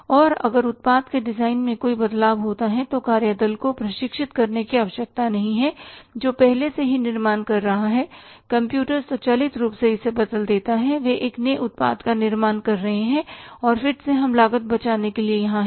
और अगर उत्पाद के डिजाइन में कोई बदलाव होता है तो कार्यदल को प्रशिक्षित करने की आवश्यकता नहीं है जो पहले से ही निर्माण कर रहा है कंप्यूटर स्वचालित रूप से इसे बदल देता है वे एक नए उत्पाद का निर्माण शुरू करते हैं और फिर से हम लागत बचाने के लिए यहां हैं